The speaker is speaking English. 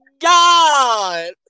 God